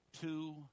two